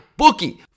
Bookie